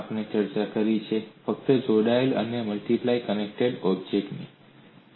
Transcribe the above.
આપણે ચર્ચા કરી છે ફક્ત જોડાયેલા અને મલ્ટીપ્લાય કનેક્ટેડ ઓબ્જેક્ટ શું છે